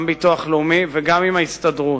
גם עם הביטוח הלאומי וגם עם ההסתדרות.